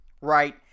Right